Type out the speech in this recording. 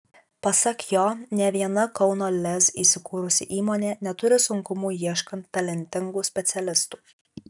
pasak jo nė viena kauno lez įsikūrusi įmonė neturi sunkumų ieškant talentingų specialistų